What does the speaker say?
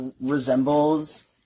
resembles